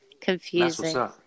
confusing